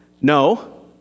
No